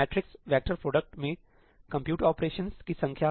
matrix vector product मे compute operations की संख्या